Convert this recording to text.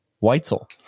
Weitzel